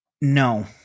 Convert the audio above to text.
No